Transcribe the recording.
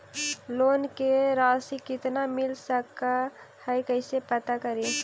Loan के रासि कितना मिल सक है कैसे पता करी?